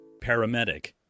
Paramedic